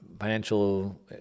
financial